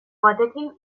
batekin